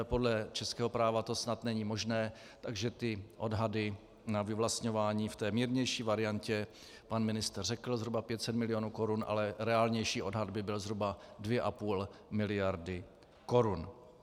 Podle českého práva to snad není možné, takže odhady na vyvlastňování v té mírnější variantě pan ministr řekl zhruba 500 mil. korun, ale reálnější odhad by byl zhruba 2,5 mld. korun.